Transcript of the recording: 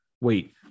Wait